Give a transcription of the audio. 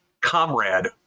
comrade